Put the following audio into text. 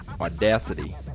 audacity